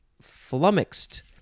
flummoxed